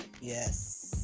Yes